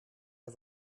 hij